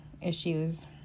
issues